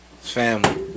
family